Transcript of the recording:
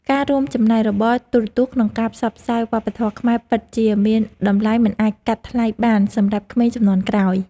ការរួមចំណែករបស់ទូរទស្សន៍ក្នុងការផ្សព្វផ្សាយវប្បធម៌ខ្មែរពិតជាមានតម្លៃមិនអាចកាត់ថ្លៃបានសម្រាប់ក្មេងជំនាន់ក្រោយ។